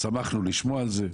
שמחנו לשמוע על זה.